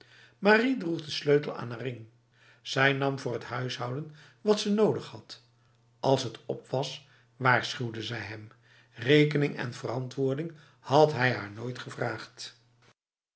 marie droeg de sleutel aan haar ring zij nam voor het huishouden wat ze nodig had als het op was waarschuwde zij hem rekening en verantwoording had hij haar nooit gevraagd